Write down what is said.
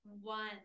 one